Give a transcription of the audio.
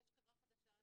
יש חברה חדשה,